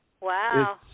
Wow